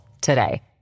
today